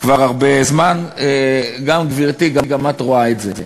כבר הרבה זמן, גברתי, גם את רואה את זה.